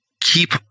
keep